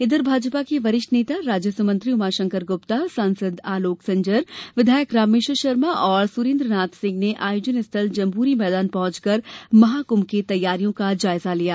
इधर भाजपा के वरिष्ठ नेता राजस्व मंत्री उमाशंकर गुप्ता सांसद आलोक संजर विधायक रामेश्वर शर्मा ओर सुरेन्द्र नाथ सिंह ने आयोजन स्थल जम्बूरी मैदान पहुंचकर महाकुंभ की तैयारियों का जायजा लिया